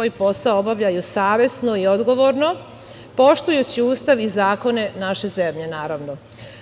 svoj posao obavljaju savesno i odgovorno, poštujući Ustav i zakone naše zemlje.